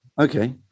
okay